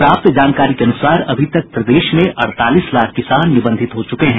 प्राप्त जानकारी के अनुसार अभी तक प्रदेश में अड़तालीस लाख किसान निबंधित हो चुके हैं